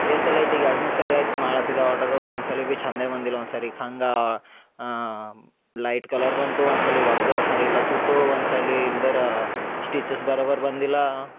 ಏಷ್ಟ್ ಸಲಿ ಆಯ್ತು ಈಗ ಎರಡು ಮೂರು ಸಲಿ ಆಯ್ತು ಮಾಡ್ಲತಿದ್ದೆ ಆರ್ಡರು ಒಂದ್ಸಲಿ ಬಿ ಚಂದೇ ಬಂದಿಲ್ಲ ಒಂದ್ಸಾರಿಕೆ ಹಂಗೆ ಲೈಟ್ ಕಲರ್ ಬಂತು ಒಂದ್ಸಲಿ ಒಗ್ದರ ಹರಿಲತುತು ಒಂದ್ಸಲಿ ಇಲ್ದರ ಸ್ಟಿಚಸ್ ಬರಬರ್ ಬಂದಿಲ್ಲಾ